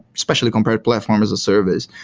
especially compared platform as a service.